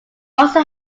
also